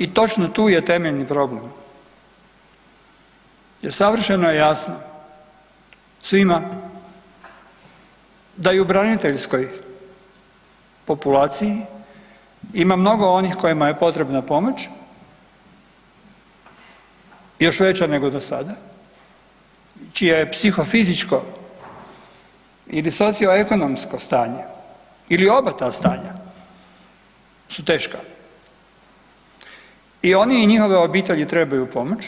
I točno tu je temeljni problem jer savršeno je jasno svima da i u braniteljskoj populaciji ima mnogo onih kojima je potrebna pomoć, još veća nego do sada čije je psihofizičko ili socioekonomsko stanje ili oba ta stanja su teška i oni i njihove obitelji trebaju pomoć